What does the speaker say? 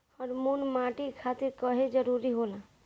Humus माटी खातिर काहे जरूरी होला?